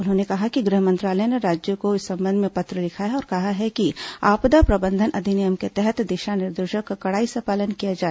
उन्होंने कहा कि गृह मंत्रालय ने राज्यों को इस सम्बन्ध में पत्र लिखा है और कहा है कि आपदा प्रबन्धन अधिनियम के तहत दिशा निर्देशों का कडाई से पालन किया जाए